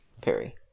Perry